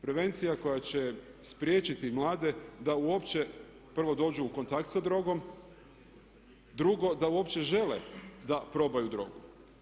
Prevencija koja će spriječiti mlade da uopće prvo dođu u kontakt sa drogom, drugo da uopće žele da probaju drogu.